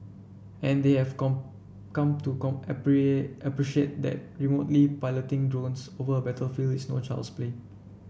and they have come come to appreciate that remotely piloting drones over a battlefield is no child's play